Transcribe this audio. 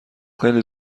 خیلی